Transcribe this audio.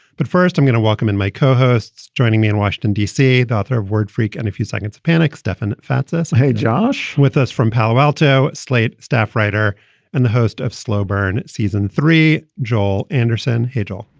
but first, i'm going to welcome in my co-hosts joining me in washington, d c, the author of word freak and a few seconds of panic, stefan fatsis. hey, josh. with us from palo alto. slate staff writer and the host of slow burn season three, joel anderson haydel.